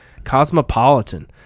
cosmopolitan